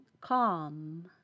calm